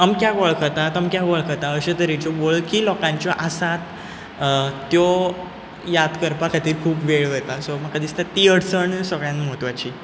अमक्याक वळखता तमक्याक वळखता अशे तरेच्यो वळखी लोकांच्यो आसात त्यो याद करपा खातीर खूब वेळ वयता सो म्हाका दिसता ती अडचण चड म्हत्वाची